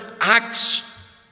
acts